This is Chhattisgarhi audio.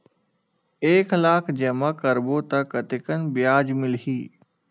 एक लाख जमा करबो त कतेकन ब्याज मिलही?